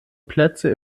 plätze